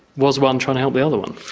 was one trying to help the other one?